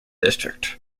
district